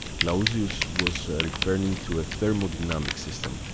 clausius was referring to a thermodynamic system,